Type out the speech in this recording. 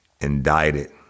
indicted